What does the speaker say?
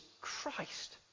Christ